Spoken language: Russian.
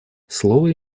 слово